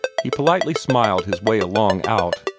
he politely smiled his way along out,